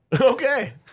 Okay